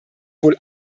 wohl